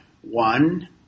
one